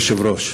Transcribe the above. אדוני היושב-ראש,